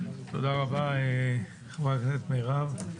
תודה רבה, חברת הכנסת מירב.